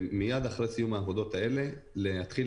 ומייד אחרי סיום העבודות האלה להתחיל